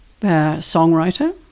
songwriter